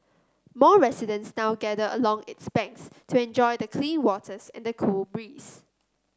more residents now gather along its banks to enjoy the clean waters and the cool breeze